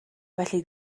felly